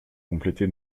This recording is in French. compléter